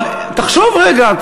אבל תחשוב רגע,